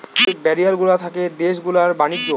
যে ব্যারিয়ার গুলা থাকে দেশ গুলার ব্যাণিজ্য